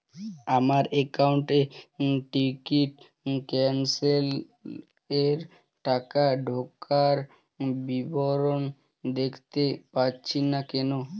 আমার একাউন্ট এ ticket cancellation এর টাকা ঢোকার বিবরণ দেখতে পাচ্ছি না কেন?